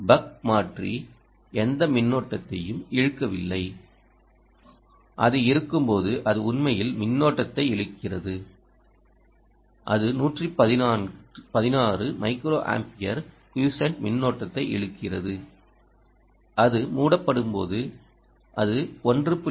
buck மாற்றி எந்த மின்னோட்டத்தையும் இழுக்கவில்லை அது இருக்கும்போது அது உண்மையில் மின்னோட்டத்தை இழுக்கிறது அது 116 மைக்ரோஅம்பியர் க்யூசென்ட் மின்னோட்டத்தை இழுக்கிறது அது மூடப்படும்போது அது 1